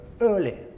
early